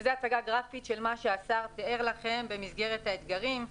זו הצגה גרפית של מה שהשר תיאר לכם במסגרת האתגרים.